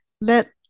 let